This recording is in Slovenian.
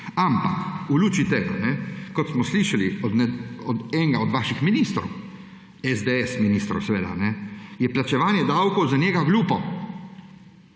Ampak v luči tega, ko smo slišali enega od vaših ministrov, SDS ministrov seveda, je plačevanje davkov za njega glupo.